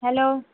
hello